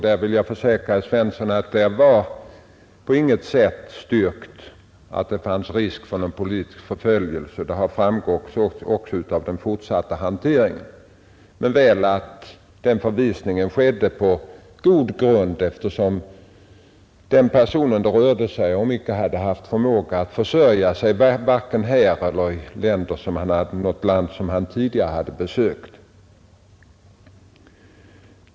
Jag kan dock försäkra herr Svensson att det inte på något sätt var styrkt att det fanns risk för någon politisk förföljelse — detta framgick också av den fortsatta handläggningen — men väl att den förvisningen skedde på god grund, eftersom den person det rörde sig om inte hade haft förmåga att försörja sig vare sig här eller i något annat land som han tidigare hade besökt.